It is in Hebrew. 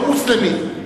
לא מוסלמית.